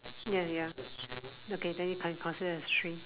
ya ya okay then you can consider as three